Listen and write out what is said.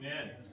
Amen